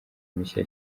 mishya